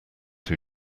who